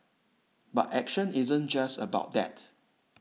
but action isn't just about that